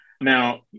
Now